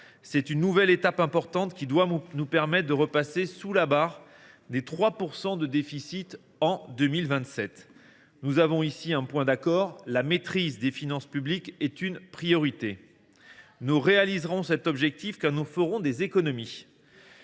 C’est une nouvelle étape importante qui doit nous permettre de repasser sous la barre des 3 % de déficit en 2027. Nous avons ici un point d’accord : la maîtrise des finances publiques est une priorité. Nous réaliserons cet objectif, car nous ferons des économies.